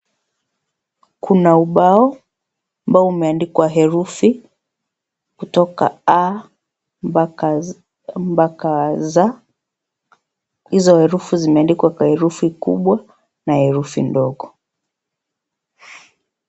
Kuna ubao, ambao umeandikwa herufi, kutoka a, mpaka mpaka z. Hizo herufu zimeandikwa kwa herufi kubwa, na herufi ndogo.